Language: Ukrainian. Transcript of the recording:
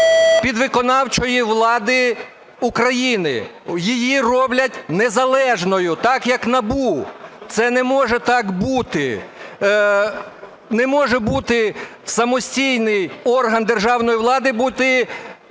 з-під виконавчої влади України. Її роблять незалежною, так, як НАБУ. Це не може так бути, не може бути самостійний орган державної влади бути